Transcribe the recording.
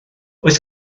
oes